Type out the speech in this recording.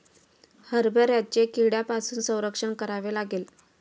हरभऱ्याचे कीड्यांपासून संरक्षण करावे लागते